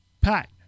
Pat